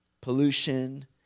pollution